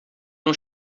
não